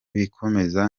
bikomeza